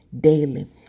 daily